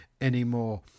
anymore